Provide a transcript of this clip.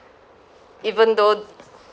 even though